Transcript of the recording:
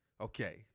Okay